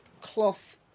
cloth